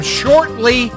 shortly